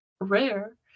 rare